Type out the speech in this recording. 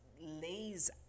lays